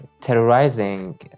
terrorizing